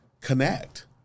connect